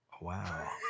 Wow